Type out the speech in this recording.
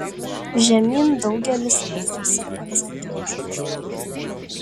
žemyn daugelis leidžiasi atsargiai čiuoždami